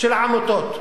של העמותות.